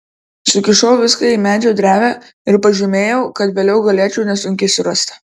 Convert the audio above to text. sukišau viską į medžio drevę ir pažymėjau kad vėliau galėčiau nesunkiai surasti